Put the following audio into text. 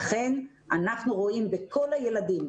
אכן אנחנו רואים בכל הילדים,